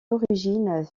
origines